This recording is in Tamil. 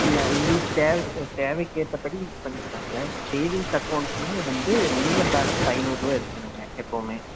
இல்லை உங்களுக்கு தேவை தேவைக்கு ஏற்றபடி இது பண்ணிக்கலாம்ங்க சேவிங்ஸ் அக்கௌண்ட்டுனா வந்து மினிமம் பேலன்ஸ் ஐநூறுவா இருக்கணும்ங்க எப்போதுமே